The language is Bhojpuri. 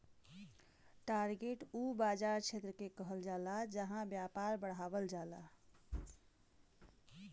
टारगेट उ बाज़ार क्षेत्र के कहल जाला जहां व्यापार बढ़ावल जाला